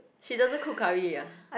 she doesn't cook curry ya